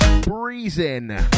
Breezing